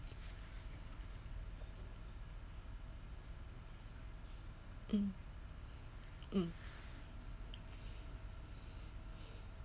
mm mm